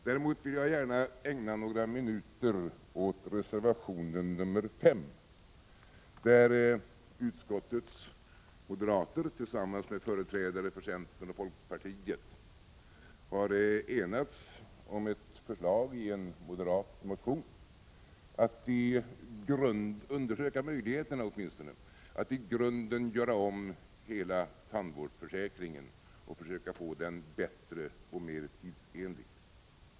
Däremot vill jag gärna ägna några minuter åt reservation 5, i vilken utskottets moderater tillsammans med företrädare för centern och folkpartiet har enats om ett förslag i en moderat motion som innebär att man åtminstone skall undersöka möjligheterna att i grunden göra om hela tandvårdsförsäkringen och försöka få den bättre och mer tidsenlig.